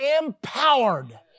empowered